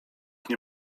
nie